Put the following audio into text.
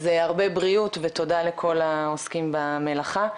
אז הרבה בריאות ותודה לכל העוסקים במלאכה.